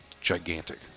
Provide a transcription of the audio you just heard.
gigantic